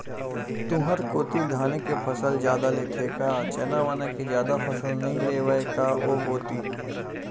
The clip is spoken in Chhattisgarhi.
तुंहर कोती धाने के फसल जादा लेथे का चना वना के जादा फसल नइ लेवय का ओ कोती?